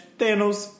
thanos